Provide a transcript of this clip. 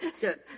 good